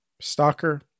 Stalker